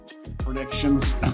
Predictions